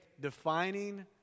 defining